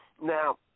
Now